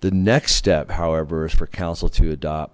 the next step however is for council to adopt